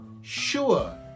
Sure